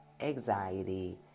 anxiety